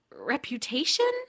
reputation